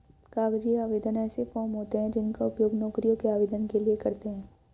कागजी आवेदन ऐसे फॉर्म होते हैं जिनका उपयोग नौकरियों के आवेदन के लिए करते हैं